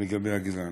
לגבי הגזענות.